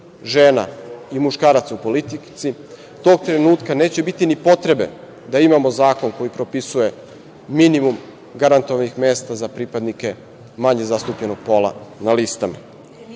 žena i muškaraca u politici, tog trenutka neće biti ni potrebe da imamo zakon koji propisuje minimum garantovanih mesta za pripadnike manje zastupljenog pola na listama. Zato